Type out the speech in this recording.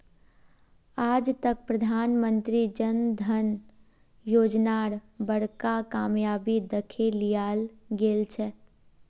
आज तक प्रधानमंत्री जन धन योजनार बड़का कामयाबी दखे लियाल गेलछेक